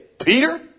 Peter